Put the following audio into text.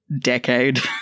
decade